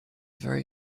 very